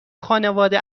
خانواده